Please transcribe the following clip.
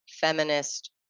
feminist